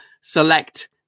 select